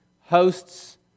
hosts